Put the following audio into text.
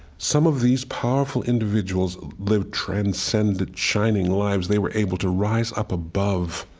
some of these powerful individuals lived transcendent, shining lives. they were able to rise up above.